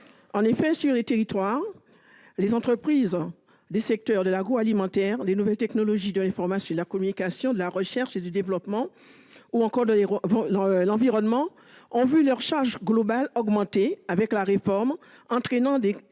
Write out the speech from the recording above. En effet, sur les territoires d'outre-mer, les entreprises des secteurs de l'agroalimentaire, des nouvelles technologies de l'information et de la communication, de la recherche et développement ou de l'environnement ont vu leurs charges globales augmenter du fait de la réforme, entraînant des